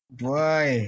boy